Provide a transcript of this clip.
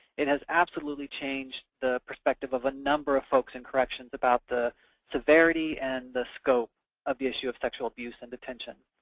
it has absolutely changed the perspective of a number of folks in corrections about the severity and the scope of the issue of sexual abuse in detention.